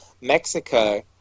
Mexico